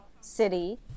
city